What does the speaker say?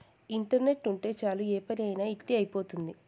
internet ఉంటే చాలు ఏ పని అయినా ఇట్టి అయిపోతుంది